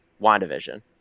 WandaVision